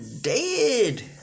dead